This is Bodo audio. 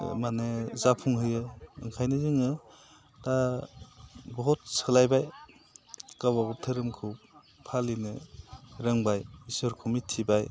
माने जाफुंहोयो ओंखायनो जोङो दा बहुद सोलायबाय गावबागाव धोरोमखौ फालिनो रोंबाय इसोरखौ मिथिबाय